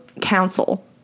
council